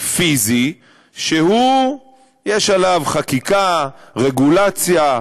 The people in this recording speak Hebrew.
פיזי שיש עליו חקיקה, רגולציה,